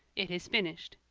it is finished.